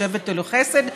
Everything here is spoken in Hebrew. לשבט או לחסד,